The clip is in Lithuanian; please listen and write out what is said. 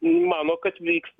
mano kad vyks